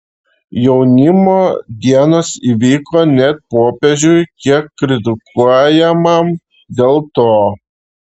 jaunimo dienos įvyko net popiežiui kiek kritikuojamam dėl to